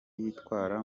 yitwara